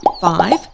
five